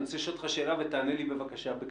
אני רוצה לשאול אותך שאלה, ותענה לי בבקשה בקצרה.